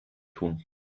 tun